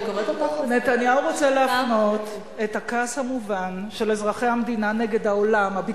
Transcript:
אני קוראת אותך לסדר פעם וחצי.